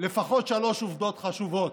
לפחות שלוש עובדות חשובות.